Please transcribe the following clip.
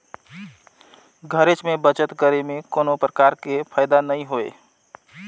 घरेच में बचत करे में कोनो परकार के फायदा नइ होय